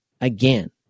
Again